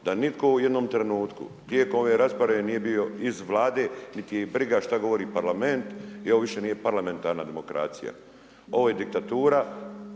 da nitko u jednom trenutku tijekom ove rasprave nije bio iz Vlade, niti ih briga što govori Parlament, i ovo više nije parlamentarna demokracija, ovo je diktatura